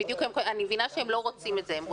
אני מבינה שהם לא רוצים את זה.